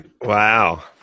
Wow